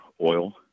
oil